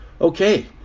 Okay